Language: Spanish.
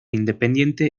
independiente